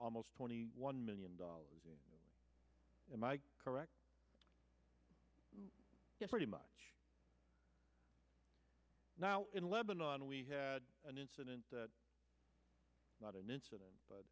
almost twenty one million dollars am i correct yes pretty much now in lebanon we had an incident not an incident